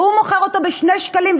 והוא מוכר אותו ב-2 שקלים,